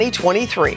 2023